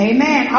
Amen